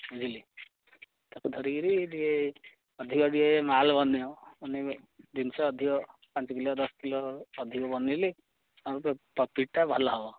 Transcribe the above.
ବୁଝିଲେ ତାକୁ ଧରିକିରି ଟିକେ ଅଧିକ ଟିକେ ମାଲ ବନେଇବ ବନେଇବେ ଜିନିଷ ଅଧିକ ପାଞ୍ଚକିଲୋ ଦଶକିଲୋ ଅଧିକ ବନେଇଲେ ଆଉ ତା ପ୍ରଫିଟ୍ଟା ଭଲ ହେବ